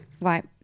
Right